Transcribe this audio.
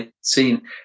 seen